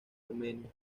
armenia